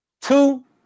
Two